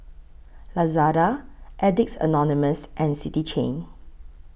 Lazada Addicts Anonymous and City Chain